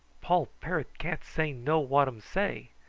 poll parrot can't say know what um say.